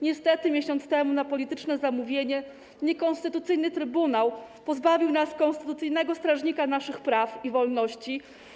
Niestety miesiąc temu na polityczne zamówienie niekonstytucyjny trybunał pozbawił nas konstytucyjnego strażnika naszych praw i wolności.